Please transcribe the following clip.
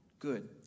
Good